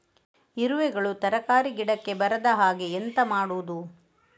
ಇರುವೆಗಳು ತರಕಾರಿ ಗಿಡಕ್ಕೆ ಬರದ ಹಾಗೆ ಎಂತ ಮಾಡುದು?